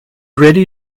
ready